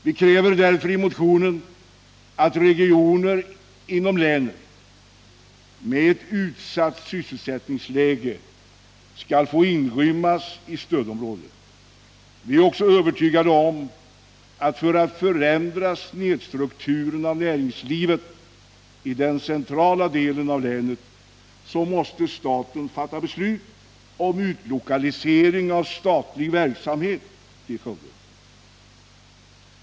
Vi kräver därför i motionen att regioner inom länet med ett utsatt sysselsättningsläge skall få inrymmas i stödområdet. Vi är också övertygade om att för att man skall kunna rätta till snedstrukturen av näringslivet i den centrala delen av länet, så måste staten fatta beslut om utlokalisering av statlig verksamhet till Skövde.